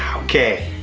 okay,